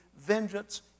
vengeance